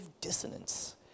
dissonance